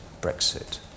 Brexit